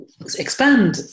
Expand